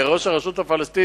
ראש הרשות הפלסטינית,